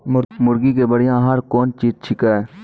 मुर्गी के बढ़िया आहार कौन चीज छै के?